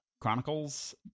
Chronicles